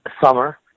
Summer